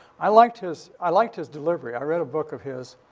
i liked his i liked his delivery. i read a book of his.